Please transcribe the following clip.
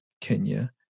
Kenya